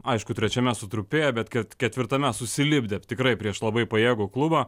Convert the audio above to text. aišku trečiame sutrupėję bet ket ketvirtame susilipdė tikrai prieš labai pajėgų klubą